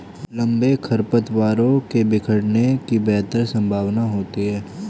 लंबे खरपतवारों के बिखरने की बेहतर संभावना होती है